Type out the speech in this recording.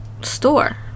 store